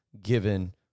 given